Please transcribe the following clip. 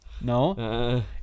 no